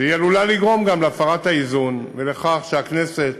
והיא עלולה לגרום גם להפרת האיזון ולכך שהכנסת